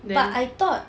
but I thought